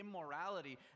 immorality